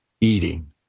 eating